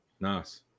Nice